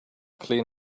clean